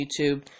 YouTube